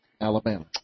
Alabama